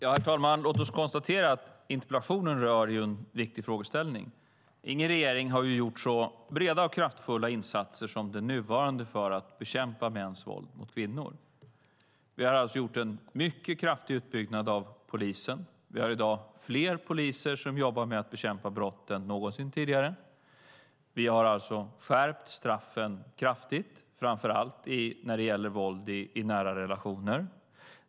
Herr talman! Låt oss konstatera att interpellationen rör en viktig frågeställning. Ingen regering har gjort så breda och kraftfulla insatser som den nuvarande för att bekämpa mäns våld mot kvinnor. Vi har alltså gjort en mycket kraftig utbyggnad av polisen. Vi har i dag fler poliser som jobbar med att bekämpa brott än någonsin tidigare. Vi har skärpt straffen kraftigt, framför allt när det gäller våld i nära relationer.